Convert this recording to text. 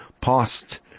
past